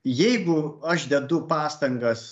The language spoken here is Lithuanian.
jeigu aš dedu pastangas